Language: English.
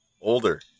older